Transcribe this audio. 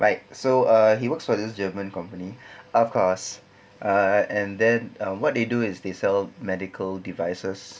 like so he works for this german company of course ah and then what they do is they sell medical devices